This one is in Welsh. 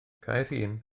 caerhun